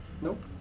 Nope